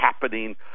happening